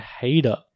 hater